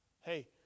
Hey